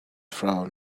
frown